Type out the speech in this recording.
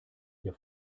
ihr